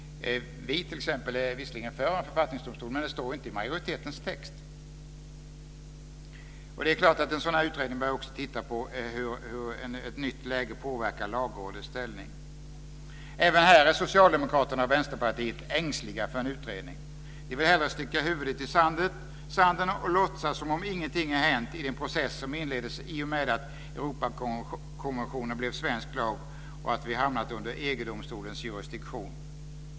Vi är visserligen för en författningsdomstol, men det står inte i majoritetens text. En sådan här utredning bör också titta på hur ett nytt läge påverkar Lagrådets ställning. Även här är Socialdemokraterna och Vänsterpartiet ängsliga för en utredning. De vill hellre sticka huvudet i sanden och låtsas som om ingenting hänt i den process som inleddes i och med att Europakonventionen blev svensk lag och vi hamnade under EG domstolens jurisdiktion.